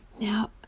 Now